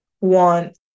want